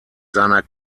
seiner